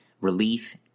relief